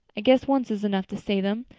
i guess once is enough to say them.